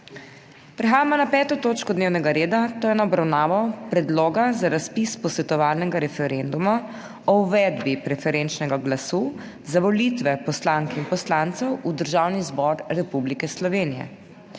prekinjeno 5. točko dnevnega reda, to je z obravnavo Predloga za razpis posvetovalnega referenduma o uvedbi preferenčnega glasu za volitve poslank in poslancev v Državni zbor Republike Slovenije.**